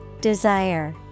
Desire